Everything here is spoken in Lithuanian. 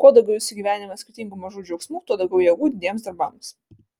kuo daugiau jūsų gyvenime skirtingų mažų džiaugsmų tuo daugiau jėgų didiems darbams